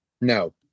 no